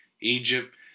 Egypt